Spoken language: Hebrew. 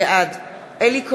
בעד אלי כהן,